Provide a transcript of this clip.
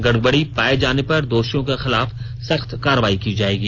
गड़बड़ी पाये जाने पर दोषियो के खिलाफ सख्त कार्रवाई की जायेगी